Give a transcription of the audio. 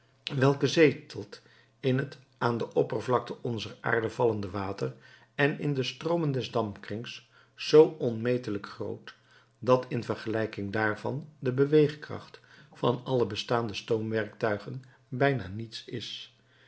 welke zetelt in het aan de oppervlakte onzer aarde vallende water en in de stroomen des dampkrings zoo onmetelijk groot dat in vergelijking daarvan de beweegkracht van alle bestaande stoomwerktuigen bijna niets is